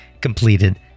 completed